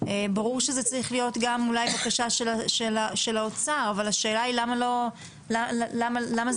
ברור שזה צריך להיות בקשה גם של האוצר אבל השאלה היא למה זה